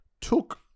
took